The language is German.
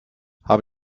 habe